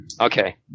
Okay